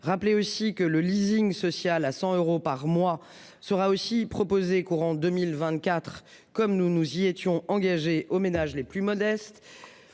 rappeler aussi que le leasing social à 100 euros par mois sera aussi proposé courant 2024, comme nous nous y étions engagés aux ménages les plus modestes.